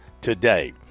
today